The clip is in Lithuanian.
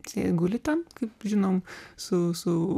jisai guli ten kaip žinau su su